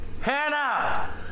Hannah